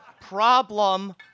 Problem